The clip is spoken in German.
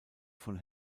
von